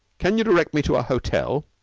can you direct me to a hotel?